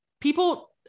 people